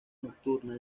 nocturna